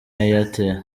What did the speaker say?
airtel